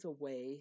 away